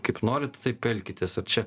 kaip norit taip elkitės ar čia